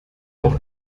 auch